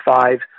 five